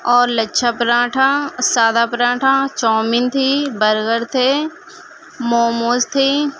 اور لچھا پراٹھا سادہ پراٹھا چاومن تھی برگر تھے موموز تھیں